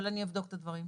אבל אני אבדוק את הדברים.